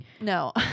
No